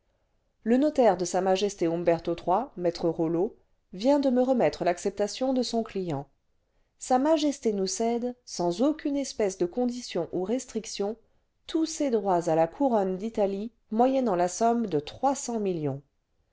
le notaire de s m humberto iii me rollot vient de me remettre l'acceptation l'acceptation son client sa majesté nous cède sans aucune espèce de condition ou restriction tous ses droits à la couronne d'italie moyennant la somme de trois cents millions